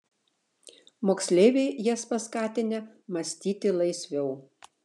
moksleiviai jas paskatinę mąstyti laisviau